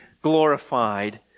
glorified